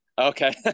Okay